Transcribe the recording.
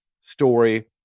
story